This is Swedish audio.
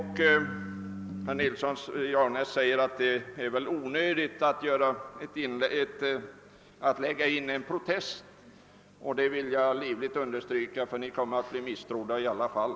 Herr Nilsson i Agnäs säger att det är onödigt för honom att lägga in en protest. Det vill jag livligt understryka; ni kommer att bli misstrodda i alla fall.